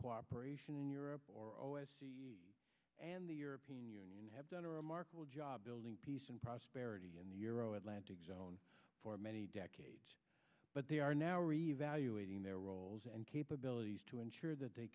cooperation in europe or and the european union have done a remarkable job building peace and prosperity in the euro atlantic zone for many decades but they are now reevaluating their roles and capabilities to ensure that they